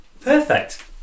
Perfect